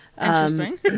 Interesting